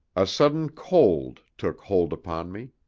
a sudden cold took hold upon me.